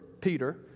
Peter